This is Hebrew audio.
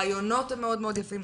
הרעיונות הם מאוד מאוד יפים,